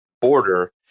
border